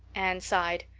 anne sighed.